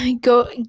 go